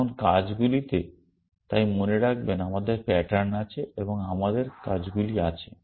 এখন কাজগুলিতে তাই মনে রাখবেন আমাদের প্যাটার্ন আছে এবং আমাদের কাজগুলি আছে